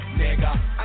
nigga